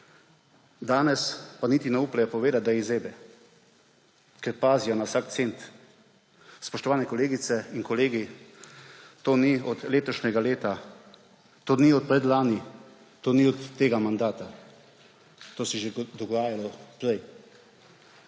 danes pa niti ne upajo povedati, da jih zebe, ker pazijo na vsak cent. Spoštovani kolegice in kolegi, to ni od letošnjega leta, to ni od predlani, to ni od tega mandata, to se je dogajalo že prej.